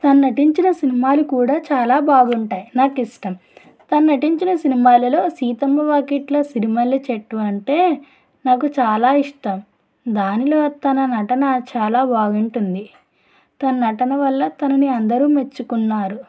తను నటించిన సినిమాలు కూడా చాలా బాగుంటాయి నాకు ఇష్టం తను నటించిన సినిమాలలో సీతమ్మ వాకిట్లో సిరిమల్లె చెట్టు అంటే నాకు చాలా ఇష్టం దానిలో తన నటన చాలా బాగుంటుంది తన నటన వల్ల తనని అందరూ మెచ్చుకున్నారు